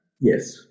Yes